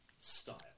style